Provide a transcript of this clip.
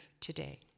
today